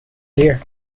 clear